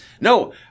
No